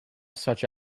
such